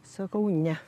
sakau ne